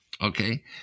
Okay